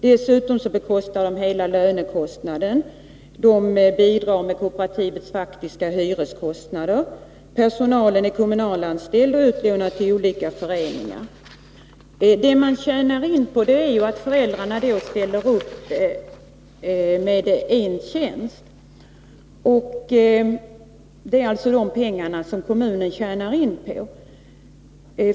Dessutom betalar kommunen hela lönekostnaden och bidrar med kooperativens faktiska hyreskostnader. Personalen är vidare kommunalt anställd och utlånad till olika föreningar. Det kommunen tjänar in på är att föräldrarna ställer upp med en tjänst.